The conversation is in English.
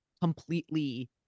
completely